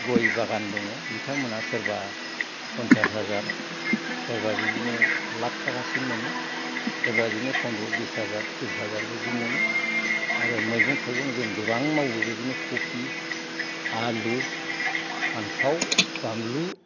गय बागान दङ बिथांमोना सोरबा फनचास हाजार सोरबा बिदिनो लाख थाखा सिम मोनो सोरबा बिदिनो पन्द्र बिस हाजार थ्रिस हाजार बिदि मोनो आरो मैगं थाइगं जों गोबां मावो बिदिनो खफि आलु फान्थाव बानलु